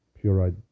pure